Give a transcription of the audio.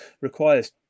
requires